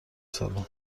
سالن